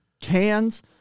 cans